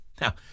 Now